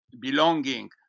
belonging